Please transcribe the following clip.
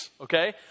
okay